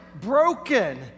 broken